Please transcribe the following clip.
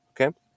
Okay